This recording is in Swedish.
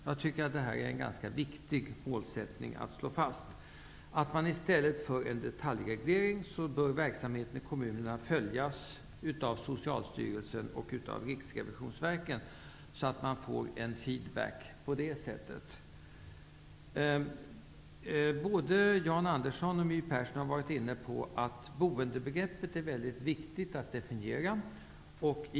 Jag tycker att det är viktigt att slå fast denna målsättning, dvs. i stället för att ha en detaljreglerad verksamhet bör verksamheten i kommunerna följas upp av Socialstyrelsen och Riksrevisionsverket för att på det sättet få en feedback. Både Jan Andersson och My Persson har sagt att det är viktigt att definiera boendebegreppet.